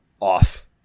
off